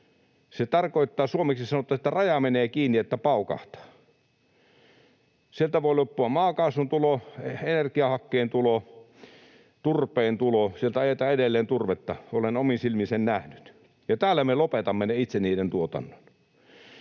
se tarkoittaa suomeksi sanottuna, että raja menee kiinni, että paukahtaa. Sieltä voi loppua maakaasun tulo, energiahakkeen tulo, turpeen tulo — sieltä ajetaan edelleen turvetta, olen omin silmin sen nähnyt — ja täällä me lopetamme itse niiden tuotannon.